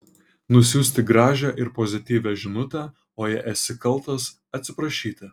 nusiųsti gražią ir pozityvią žinutę o jei esi kaltas atsiprašyti